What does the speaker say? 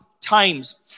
times